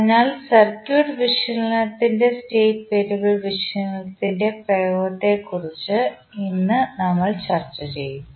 അതിനാൽ സർക്യൂട്ട് വിശകലനത്തിൽ state variable വിശകലനത്തിൻറെ പ്രയോഗത്തെക്കുറിച്ച് ഇന്ന് നമ്മൾ ചർച്ച ചെയ്യും